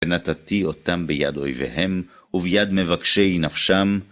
ונתתי אותם ביד אויביהם, וביד מבקשי נפשם.